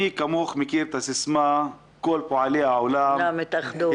מי כמוך מכיר את הסיסמא: "פועלי כל העולם התאחדו".